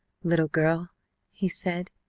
little girl he said,